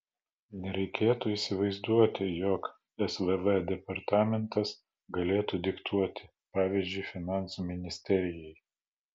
nereikėtų įsivaizduoti jog svv departamentas galėtų diktuoti pavyzdžiui finansų ministerijai